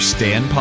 Stan